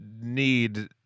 need